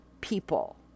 people